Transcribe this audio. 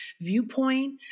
viewpoint